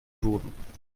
boden